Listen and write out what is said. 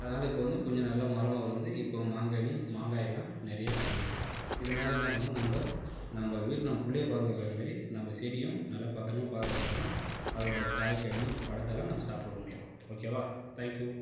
அதனால் இப்போ வந்து கொஞ்சம் நல்ல மரமாக வளர்ந்து இப்போ மாங்கனி மாங்காய் எல்லாம் நிறையா காய்ச்சிருக்குது இதனால என்ன பண்ணும் நம்ப நம்ப வீட்டை நம்ப பிள்ளைய பாதுகாக்குறமாரி நம்ப செடியும் நல்லா பத்தரமாக பாதுகாத்தால் தான் அதோட காய் கனி பழத்தைலாம் நம்ம சாப்பிட முடியும் ஓகேவா தேங்க் யூ